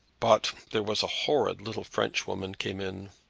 but there was a horrid little frenchwoman came in!